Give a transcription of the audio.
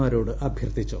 മാരോട് അഭ്യർത്ഥി ച്ചു